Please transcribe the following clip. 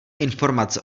informace